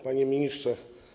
Panie Ministrze!